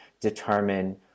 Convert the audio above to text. determine